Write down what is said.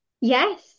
Yes